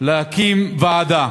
להקים ועדה,